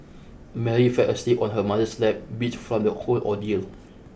Mary fell asleep on her mother's lap beat from the whole ordeal